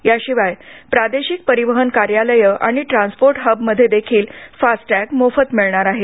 याशिवाय प्रादेशिक परिवहन कार्यालयं आणि ट्रान्सपोर्ट हबमध्ये देखील फास्ट टॅग मोफत मिळणार आहेत